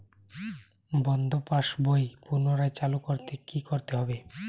বন্ধ pass book পুনরায় চালু করতে কি করতে হবে?